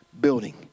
building